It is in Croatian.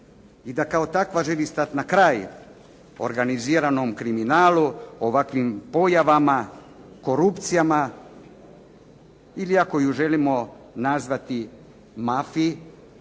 i da kao takva želi stati na kraj organiziranom kriminalu, ovakvim pojavama, korupcijama ili ako ju želimo nazvati mafiji.